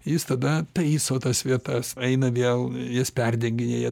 jis tada taiso tas vietas eina vėl jas perdenginėja